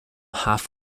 half